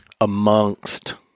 amongst